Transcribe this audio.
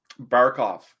Barkov